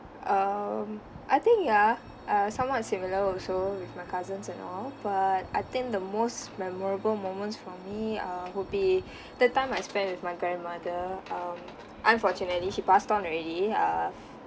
um I think ya uh somewhat similar also with my cousins and all but I think the most memorable moments for me uh would be the time I spend with my grandmother um unfortunately she passed on already err